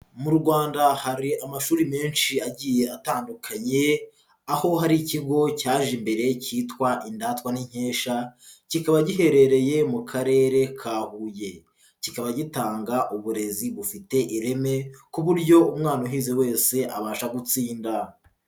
Mu Rwanda hari amashuri menshi agiye atandukanye, aho hari ikigo cyaje imbere cyitwa Indatwa n'Inkeshwa, kikaba giherereye mu karere ka Huye, kikaba gitanga uburezi bufite ireme ku buryo umwana uhize wese abasha gutsinda inda.